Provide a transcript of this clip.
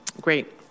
Great